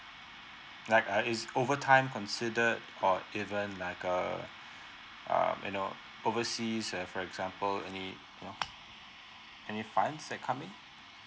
like uh is overtime considered or even like err um you know oversea and for example any you know any funds that coming